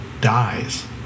dies